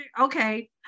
okay